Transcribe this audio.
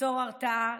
ליצור הרתעה,